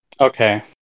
Okay